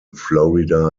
florida